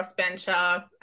crossbencher